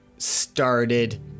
started